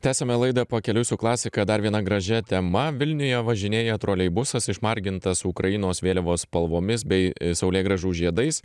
tęsiame laidą pakeliui su klasika dar viena gražia tema vilniuje važinėja troleibusas išmargintas ukrainos vėliavos spalvomis bei saulėgrąžų žiedais